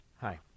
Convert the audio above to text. Hi